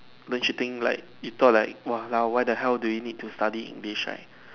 but you think like you thought like walao why the hell do we need to study English right